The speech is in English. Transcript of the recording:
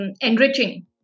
enriching